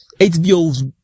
hbo's